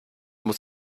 muss